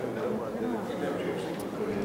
מליאת רשות הטבע והגנים זה מוסד מאוד מאוד חשוב.